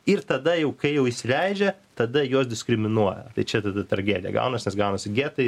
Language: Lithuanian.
ir tada jau kai jau įsileidžia tada juos diskriminuoja tai čia tada tragedija gaunas nes gaunasi getai